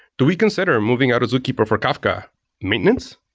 do we consider moving out zookeeper for kafka maintenance?